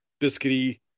biscuity